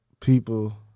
people